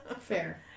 Fair